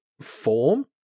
form